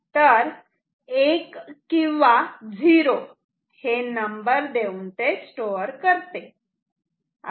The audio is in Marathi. तर 1 किंवा 0 हे नंबर देऊन ते स्टोअर करते